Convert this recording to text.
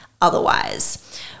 otherwise